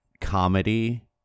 comedy